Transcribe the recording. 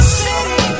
city